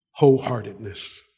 wholeheartedness